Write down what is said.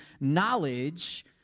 knowledge